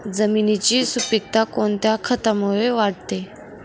जमिनीची सुपिकता कोणत्या खतामुळे वाढते?